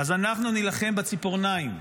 אז אנחנו נילחם בציפורניים.